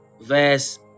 verse